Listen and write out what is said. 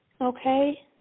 okay